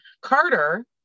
Carter